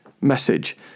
message